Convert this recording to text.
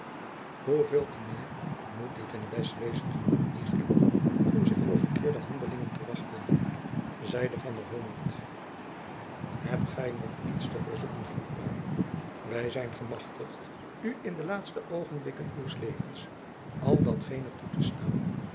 hoeveel te meer moet dit een les wezen voor een iegelijk om zich voor verkeerde handelingen te wachten zeide van den honert hebt gy nog iets te verzoeken vroeg pauw wy zijn gemachtigd u in de laatste oogenblikken uws levens al datgene toe te staan